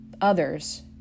others